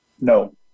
No